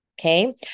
Okay